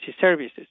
services